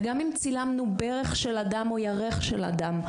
וגם אם צילמנו ברך של בנאדם או ירך של בנאדם,